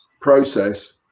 process